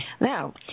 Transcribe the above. Now